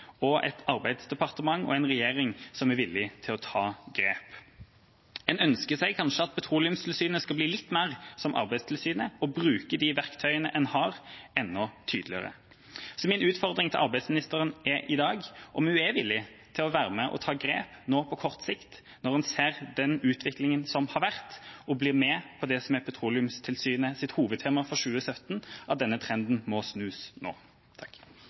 og et arbeidsdepartement og en regjering som er villig til å ta grep. En ønsker seg kanskje at Petroleumstilsynet skal bli litt mer som Arbeidstilsynet, og bruke de verktøyene en har enda tydeligere. Min utfordring til arbeidsministeren i dag er om hun er villig til å være med og ta grep nå på kort sikt når hun ser den utviklingen som har vært, og bli med på det som er Petroleumstilsynets hovedtema for 2017, at denne trenden må snus nå.